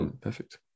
Perfect